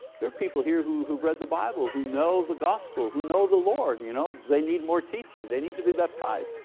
there are people here who've read the bible, who know the gospel, who know the lord. you know they need more teaching, they need to be baptized.